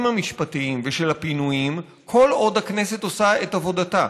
המשפטיים ושל הפינויים כל עוד הכנסת עושה את עבודתה.